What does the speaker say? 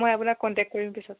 মই আপোনাক কণ্টেক কৰিম পিছত